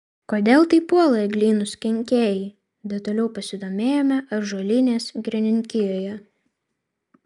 kodėl taip puola eglynus kenkėjai detaliau pasidomėjome ąžuolynės girininkijoje